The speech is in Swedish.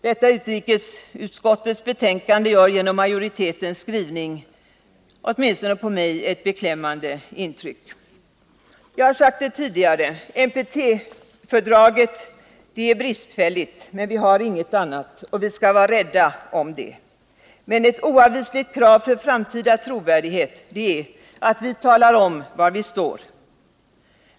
Detta utrikesutskottets betänkande gör genom majoritetens skrivning åtminstone på mig ett beklämmande intryck. Jag har sagt det tidigare: NPT-fördraget är bristfälligt, men vi har inget annat, och vi skall vara rädda om det. Men ett oavvisligt krav för framtida trovärdighet är att vi talar om var vi står.